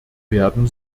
werden